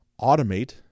automate